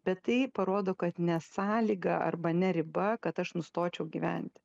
bet tai parodo kad ne sąlyga arba ne riba kad aš nustočiau gyventi